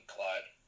Clyde